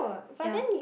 ya